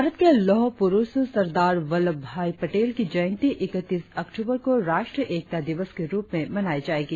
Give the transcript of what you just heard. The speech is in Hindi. भारत के लौह प्रुष सरदार वल्लभ भाई पटेल की जयंती इकतीस अक्टूबर को राष्ट्रीय एकता दिवस के रुप में मनाई जायेगी